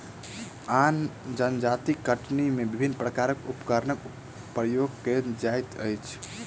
आन जजातिक कटनी मे विभिन्न प्रकारक उपकरणक प्रयोग कएल जाइत अछि